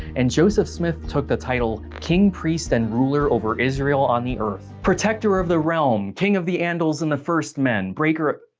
and joseph smith took the title king, priest, and ruler over israel on the earth. protector of the realm, king of the andals and the first men, breaker.